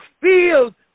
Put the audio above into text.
fields